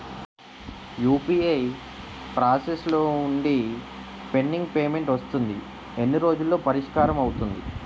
UPI process లో వుందిపెండింగ్ payment వస్తుంది ఎన్ని రోజుల్లో పరిష్కారం అవుతుంది